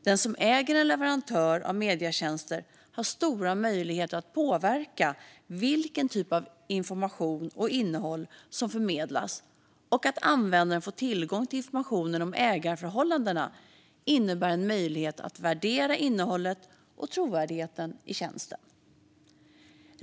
Den som äger en leverantör av medietjänster har stora möjligheter att påverka vilken typ av information och innehåll som förmedlas. Att användaren får tillgång till informationen om ägandeförhållandena innebär en möjlighet att värdera innehållet och trovärdigheten i tjänsten.